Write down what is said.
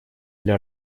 для